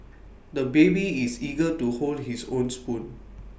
the baby is eager to hold his own spoon